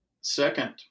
second